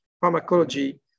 pharmacology